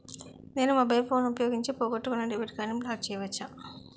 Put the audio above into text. నేను mobile phone ఉపయోగించి పోగొట్టుకున్న డెబిట్ కార్డ్ని బ్లాక్ చేయవచ్చా?